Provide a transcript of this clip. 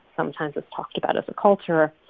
sometimes it's talked about as a culture.